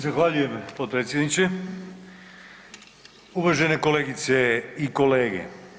Zahvaljujem potpredsjedniče, uvažene kolegice i kolege.